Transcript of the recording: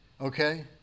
okay